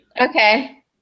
Okay